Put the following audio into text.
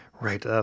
Right